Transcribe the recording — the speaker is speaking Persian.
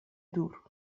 دور